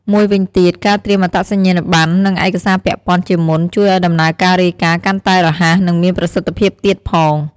មួយវិញទៀត ការត្រៀមអត្តសញ្ញាណប័ណ្ណ និងឯកសារពាក់ព័ន្ធជាមុន ជួយឲ្យដំណើរការរាយការណ៍កាន់តែរហ័ស និងមានប្រសិទ្ធភាពទៀតផង។